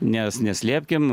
nes neslėpkim